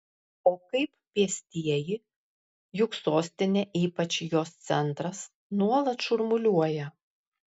o kaip pėstieji juk sostinė ypač jos centras nuolat šurmuliuoja